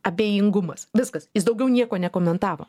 abejingumas viskas jis daugiau nieko nekomentavo